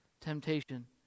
temptation